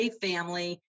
family